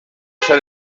ser